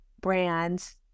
brands